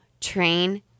train